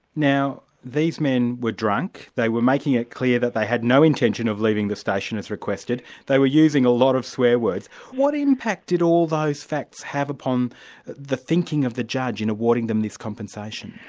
now these men were drunk, they were making it clear that they had no intention of leaving the station as requested they were using a lot of swear words what impact did all those facts have upon the thinking of the judge in awarding them this compensation?